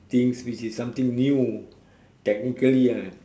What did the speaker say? things which is something new technically ah